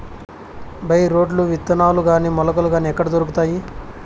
By రోడ్లు విత్తనాలు గాని మొలకలు గాని ఎక్కడ దొరుకుతాయి?